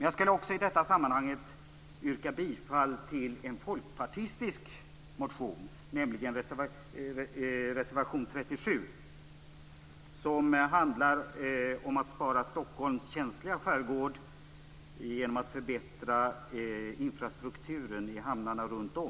Jag vill i det här sammanhanget också yrka bifall till en folkpartistisk reservation, nämligen nr 37, som handlar om att spara Stockholms känsliga skärgård genom att förbättra infrastrukturen i hamnarna runt om.